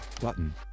Button